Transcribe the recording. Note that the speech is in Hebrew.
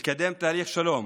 לקדם תהליך שלום,